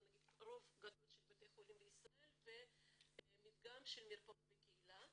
או נגיד הרוב הגדול של בתי החולים בישראל ובמדגם של מרפאות בקהילה,